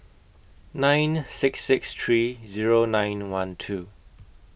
nine six six three Zero nine one two